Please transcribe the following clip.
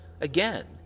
again